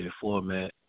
format